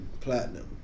platinum